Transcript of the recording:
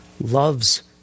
loves